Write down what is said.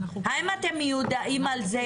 האם אתם מיודעים על זה?